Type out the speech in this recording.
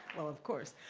well, of course?